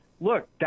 look